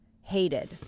Hated